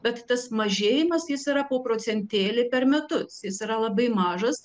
bet tas mažėjimas jis yra po procentėlį per metus jis yra labai mažas